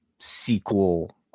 Sequel